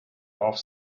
off